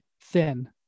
thin